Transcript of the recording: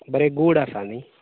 बरें गोड आसा न्ही